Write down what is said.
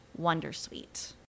Wondersuite